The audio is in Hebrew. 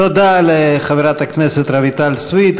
תודה לחברת הכנסת רויטל סויד.